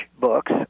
books